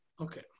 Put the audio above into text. Okay